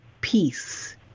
peace